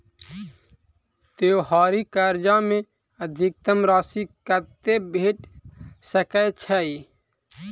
त्योहारी कर्जा मे अधिकतम राशि कत्ते भेट सकय छई?